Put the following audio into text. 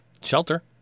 shelter